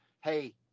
hey